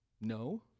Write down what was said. No